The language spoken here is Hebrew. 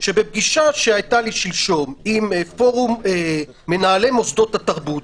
שבפגישה שהיתה לי שלשום עם פורום מנהלי מוסדות התרבות,